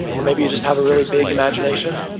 or maybe you just have a really big imagination?